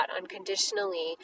unconditionally